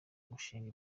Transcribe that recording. gushinga